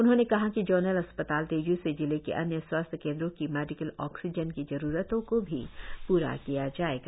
उन्होंने कहा कि जोनल अस्पताल तेज् से जिले के अन्य स्वास्थ्य केंद्रों की मेडिकल ऑक्सीजन की जरुरतों को भी पूरा किया जाएगा